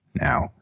now